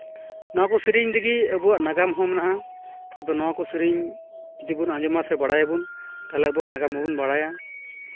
ᱱᱚᱣᱟ ᱠᱚ ᱥᱤᱨᱤᱧ ᱨᱮᱜᱤ ᱟᱵᱚᱣᱟᱜ ᱱᱟᱜᱟᱢ ᱦᱚᱸ ᱢᱮᱱᱟᱜᱼᱟ ᱟᱫᱚ ᱱᱚᱣᱟ ᱠᱚ ᱥᱤᱨᱤᱧ ᱡᱩᱫᱤᱵᱚᱱ ᱟᱸᱡᱚᱢᱟ ᱥᱮ ᱵᱟᱲᱟᱭᱟᱵᱚᱱ ᱛᱟᱦᱚᱞᱮ ᱟᱵᱚᱣᱟᱜ ᱱᱟᱜᱟᱢ ᱵᱚᱱ ᱵᱟᱲᱟᱭᱟ